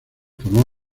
formó